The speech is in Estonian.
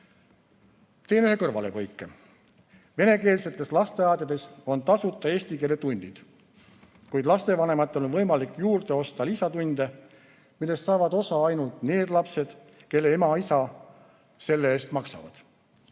Teen ühe kõrvalepõike. Venekeelsetes lasteaedades on tasuta eesti keele tunnid, kuid lastevanematel on võimalik juurde osta ka lisatunde, millest saavad osa ainult need lapsed, kelle ema-isa selle eest maksavad.